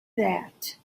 that